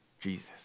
Jesus